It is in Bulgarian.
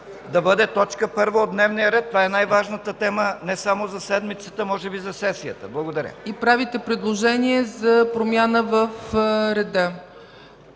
да бъде точка първа от дневния ред. Това е най-важната тема не само за седмицата, а може би за сесията. Благодаря. ПРЕДСЕДАТЕЛ ЦЕЦКА ЦАЧЕВА: И правите предложение за промяна в реда.